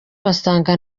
basanga